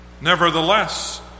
Nevertheless